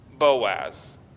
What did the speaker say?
Boaz